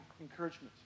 encouragement